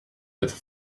d’être